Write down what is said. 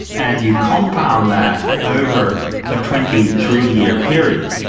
and you compound that over a twenty three year period,